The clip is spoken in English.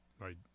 Right